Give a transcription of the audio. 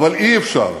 אבל אי-אפשר,